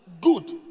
good